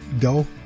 go